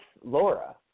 Laura